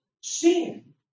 sin